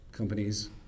companies